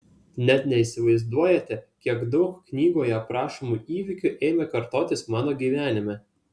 net neįsivaizduojate kiek daug knygoje aprašomų įvykių ėmė kartotis mano gyvenime